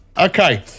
Okay